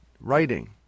writing